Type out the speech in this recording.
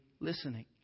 listening